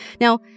Now